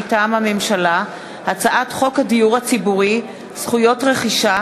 מטעם הממשלה: הצעת חוק הדיור הציבורי (זכויות רכישה)